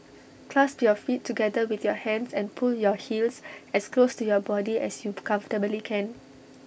clasp your feet together with your hands and pull your heels as close to your body as you comfortably can